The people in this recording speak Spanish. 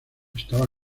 estaba